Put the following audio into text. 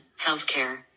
healthcare